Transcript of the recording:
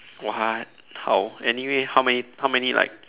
what how anyway how many how many like